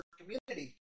community